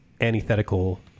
antithetical